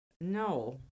No